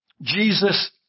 Jesus